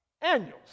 annuals